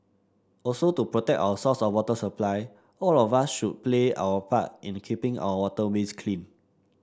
also to protect our source of water supply all of us should play our part in keeping our waterways clean